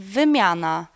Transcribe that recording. wymiana